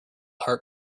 heart